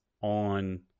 on